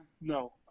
No